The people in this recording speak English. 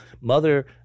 mother